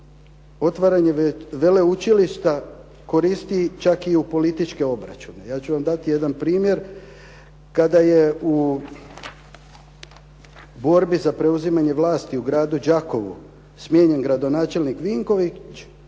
otvaranje veleučilišta koristi čak i u političke obračune. Ja ću vam dati jedan primjer kada je u borbi za preuzimanje vlasti u gradu Đakovu smijenjen gradonačelnik Vinković